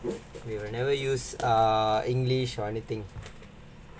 we will never use err english or anything